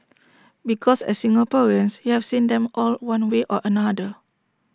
because as Singaporeans you have seen them all one way or another